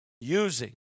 using